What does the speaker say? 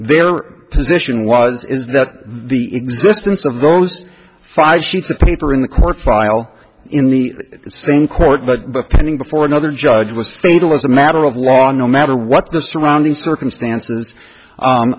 their position was is that the existence of those five sheets of paper in the court file in the same court but pending before another judge was fatal as a matter of law no matter what the surrounding circumstances